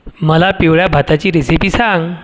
मला पिवळ्या भाताची रेसिपी सांग